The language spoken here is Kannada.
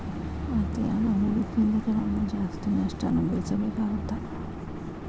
ಅತಿಯಾದ ಹೂಡಕಿಯಿಂದ ಕೆಲವೊಮ್ಮೆ ಜಾಸ್ತಿ ನಷ್ಟ ಅನಭವಿಸಬೇಕಾಗತ್ತಾ